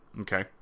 Okay